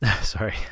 Sorry